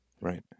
Right